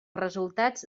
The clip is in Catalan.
resultats